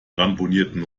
ramponierten